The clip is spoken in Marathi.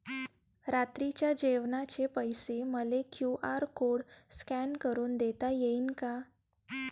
रात्रीच्या जेवणाचे पैसे मले क्यू.आर कोड स्कॅन करून देता येईन का?